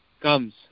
comes